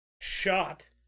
Shot